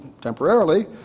temporarily